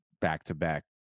back-to-back